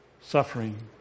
suffering